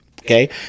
Okay